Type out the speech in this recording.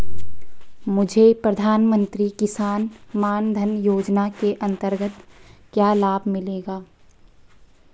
मुझे प्रधानमंत्री किसान मान धन योजना के अंतर्गत क्या लाभ मिलेगा?